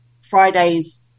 Fridays